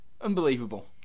Unbelievable